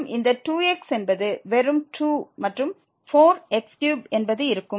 மற்றும் இந்த 2 x என்பது வெறும் 2 மற்றும் 4 x3 என்பது இருக்கும்